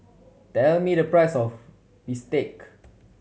tell me the price of bistake